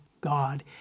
God